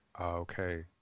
Okay